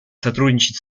сотрудничать